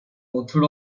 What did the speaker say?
author